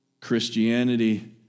Christianity